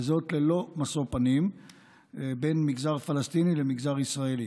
וזאת ללא משוא פנים בין המגזר הפלסטיני למגזר הישראלי.